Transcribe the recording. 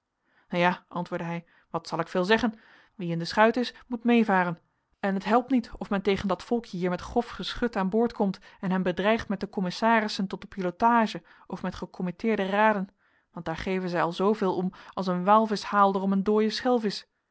ja antwoordde hij wat zal ik veel zeggen wie in de schuit is moet meevaren en het helpt niet of men tegen dat volkje hier met grof geschut aan boord komt en hen bedreigt met de commissarissen tot de pilotage of met gecommitteerde raden want daar geven zij al zooveel om als een walvischhaalder om een dooie schelvisch